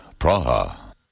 Praha